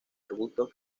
arbustos